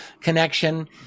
connection